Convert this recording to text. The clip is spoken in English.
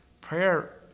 prayer